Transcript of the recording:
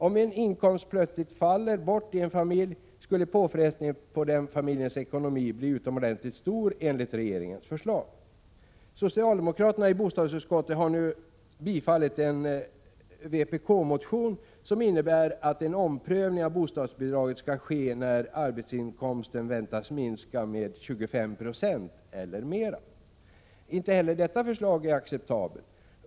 Om en inkomst plötsligt faller bort i en familj skulle påfrestningen på den familjens ekonomi blivit utomordentligt stor om man följt regeringens förslag. Socialdemokraterna i bostadsutskottet har nu tillstyrkt en vpk-motion som innebär att en omprövning av bostadsbidraget skall ske när arbetsinkomsten väntas minska med 25 96 eller mer. Inte heller detta förslag är acceptabelt.